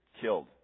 killed